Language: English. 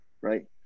right